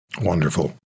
Wonderful